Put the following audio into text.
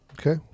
Okay